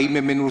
האם הם מנוצלים?